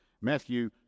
Matthew